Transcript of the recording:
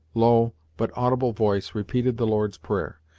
low, but audible voice repeated the lord's prayer.